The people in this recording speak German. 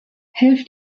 helft